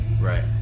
Right